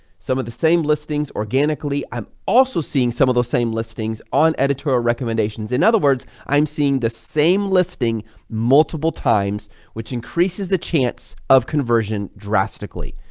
some of the same listings organically, i'm also seeing some of those same listings on editorial recommendations. in other words, i'm seeing the same listing multiple times which increases the chance of conversion drastically,